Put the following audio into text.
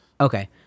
Okay